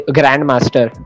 grandmaster